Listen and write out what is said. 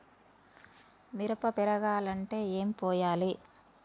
మిరప పెరగాలంటే ఏం పోయాలి?